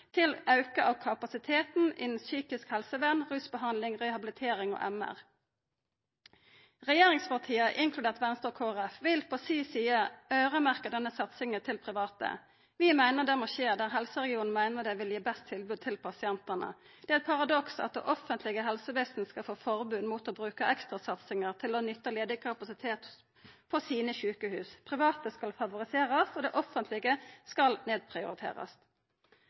til auke av kapasiteten innan psykisk helsevern, rusbehandling, rehabilitering og MR. Regjeringspartia, inkludert Venstre og Kristeleg Folkeparti, vil på si side øyremerkja denne satsinga til private. Vi meiner det må skje der helseregionen meiner det vil gi best tilbod til pasientane. Det er eit paradoks at det offentlege helsevesenet skal få forbod mot å bruka ekstrasatsinga til å nytta ledig kapasitet på sine sjukehus. Private skal favoriserast, og det offentlege skal nedprioriterast.